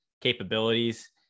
capabilities